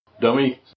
Dummy